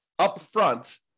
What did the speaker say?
upfront